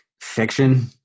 fiction